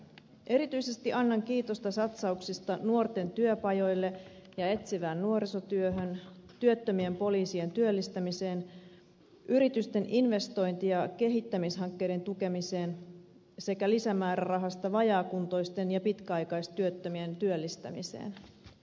erityisesti annan kiitosta satsauksista nuorten työpajoille ja etsivään nuorisotyöhön työttömien poliisien työllistämiseen yritysten investointi ja kehittämishankkeiden tukemiseen sekä lisämäärärahasta vajaakuntoisten ja pitkäaikaistyöttömien työllistämiseen